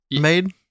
made